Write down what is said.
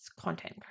content